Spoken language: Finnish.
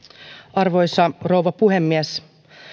arvoisa rouva puhemies